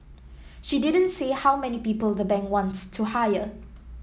she didn't say how many people the bank wants to hire